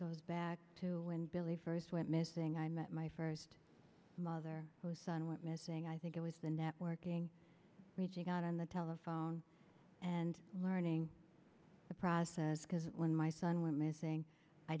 goes back to when billy first went missing i met my first mother whose son went missing i think it was the networking reaching out on the telephone and learning the process because when my son went missing i